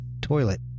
toilet